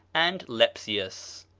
and lepsius.